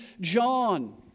John